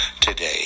today